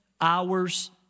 hours